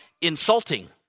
insulting